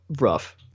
rough